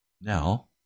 Now